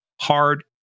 hard